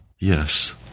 Yes